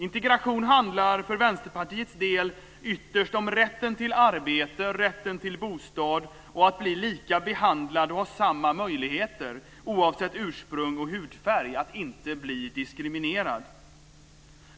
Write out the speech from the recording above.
Integration handlar för Vänsterpartiets del ytterst om rätten till arbete, rätten till bostad och rätten att bli lika behandlad och ha samma möjligheter oavsett ursprung och hudfärg, att inte bli diskriminerad.